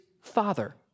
Father